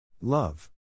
Love